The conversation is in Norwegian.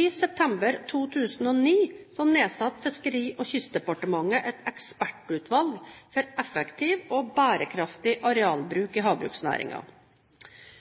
I september 2009 nedsatte Fiskeri- og kystdepartementet et ekspertutvalg for effektiv og bærekraftig arealbruk i